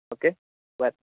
okay बरें